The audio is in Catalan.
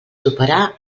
superar